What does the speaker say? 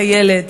את הילד,